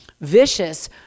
vicious